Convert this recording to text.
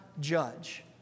judge